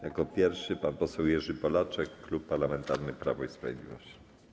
Jako pierwszy pan poseł Jerzy Polaczek, Klub Parlamentarny Prawo i Sprawiedliwość.